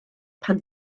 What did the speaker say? pan